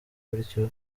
bityo